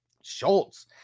schultz